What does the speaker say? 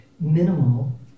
minimal